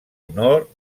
honor